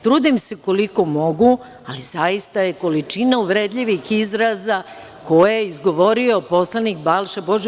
Trudim se koliko mogu, ali zaista je količina uvredljivih izraza, koje je izgovorio poslanik Balša Božović…